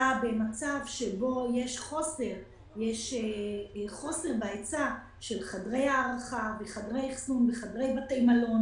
במצב שבו היה חוסר בהיצע של חדרי הארחה וחדרי בתי מלון.